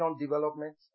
development